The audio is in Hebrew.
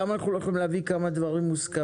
אז למה אנחנו לא יכולים להביא כמה דברים מוסכמים?